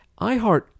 iHeart